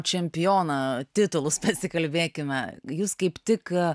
čempiono titulus pasikalbėkime jūs kaip tik